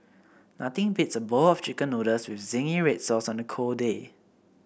nothing beats a bowl of chicken noodles with zingy red sauce on a cold day